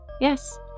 Yes